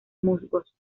musgos